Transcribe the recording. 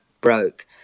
broke